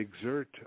exert